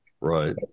Right